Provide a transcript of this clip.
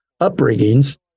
upbringings